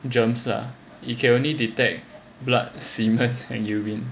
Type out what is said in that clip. germs lah you can only detect blood semen and urine